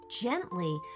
Gently